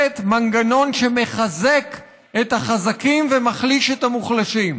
מנגנון שמחזק את החזקים ומחליש את המוחלשים.